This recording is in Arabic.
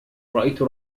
رأيت